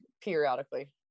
periodically